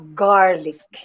garlic